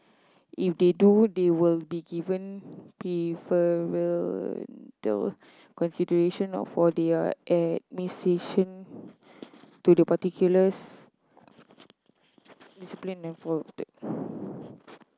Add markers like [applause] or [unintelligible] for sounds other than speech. if they do they will be given preferential consideration or for their admission to the particulars discipline or [unintelligible]